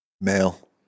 Male